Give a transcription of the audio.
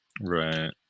Right